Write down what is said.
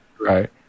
Right